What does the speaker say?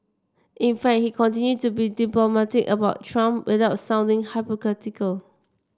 in fact he continued to be diplomatic about Trump without sounding hypocritical